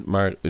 Maar